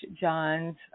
John's